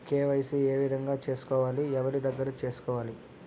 KYC ఏ విధంగా సేసుకోవాలి? ఎవరి దగ్గర సేసుకోవాలి?